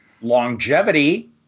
longevity